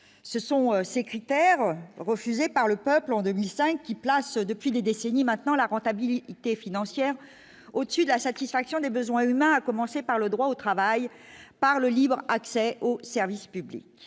ce sont ces critères, refusé par le peuple en 2005 qui place depuis des décennies maintenant la rentabilité financière au dessus de la satisfaction des besoins humains, à commencer par le droit au travail par le libre accès au service public,